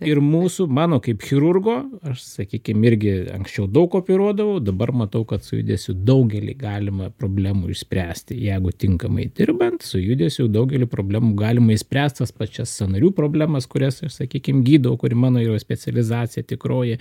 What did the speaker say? ir mūsų mano kaip chirurgo aš sakykim irgi anksčiau daug operuodavau dabar matau kad su judesiu daugelį galima problemų išspręsti jeigu tinkamai dirbant su judesiu daugelį problemų galima išspręst tas pačias sąnarių problemas kurias jau sakykim gydo kuri mano yra specializacija tikroji